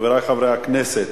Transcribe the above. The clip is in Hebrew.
חברי חברי הכנסת,